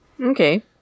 Okay